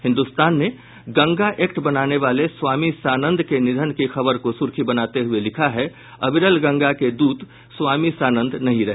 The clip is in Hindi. हिन्दुस्तान ने गंगा एक्ट बनाने वाले स्वामी सानंद के निधन की खबर को सुर्खी बनाते हुये लिखा है अविरल गंगा के दूत स्वामी सानंद नहीं रहे